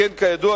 שכן כידוע,